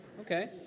Okay